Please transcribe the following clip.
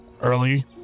early